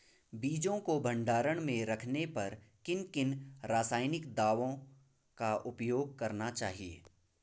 बीजों को भंडारण में रखने पर किन किन रासायनिक दावों का उपयोग करना चाहिए?